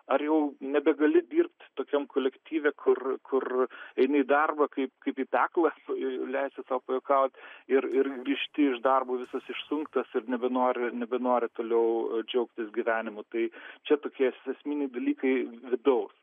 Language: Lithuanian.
ar jau nebegali dirbti tokiam kolektyve kur kur eini į darbą kaip kaip į peklą s leisiu sau pajuokaut ir ir grįžti iš darbo visas išsunktas ir nebenori nebenori toliau džiaugtis gyvenimu tai čia tokie es esminiai dalykai vidaus